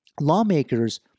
Lawmakers